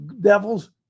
devil's